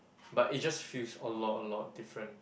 but it's just feels a lot a lot different